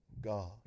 God